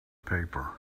paper